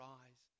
eyes